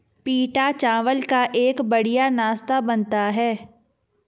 पीटा चावल का एक बढ़िया नाश्ता बनता है